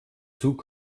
zug